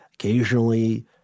Occasionally